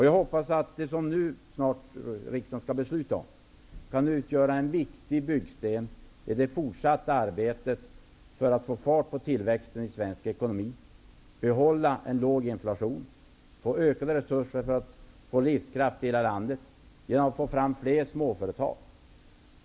Jag hoppas att det beslut riksdagen snart skall fatta kommer att utgöra en viktig byggsten i det fortsatta arbetet för att få fart på tillväxten i svensk ekonomi, för att behålla en låg inflation och för att få ökade resurser för att skapa livskraft i hela landet genom att få fram flera småföretag.